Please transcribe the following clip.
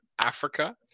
Africa